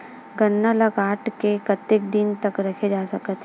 गन्ना ल काट के कतेक दिन तक रखे जा सकथे?